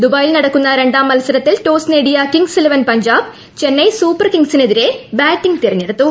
ദുബായിൽ നടക്കുന്ന രണ്ടാം മത്സരത്തിൽ ടോസ് നേടിയ Kings Eleven Punjab Chennai Super കിംഗ്സിനെതിരെ ബാറ്റിംഗ് തെരഞ്ഞെടുത്തു